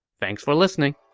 thanks for listening!